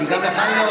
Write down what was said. למה?